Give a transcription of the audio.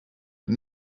but